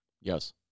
Yes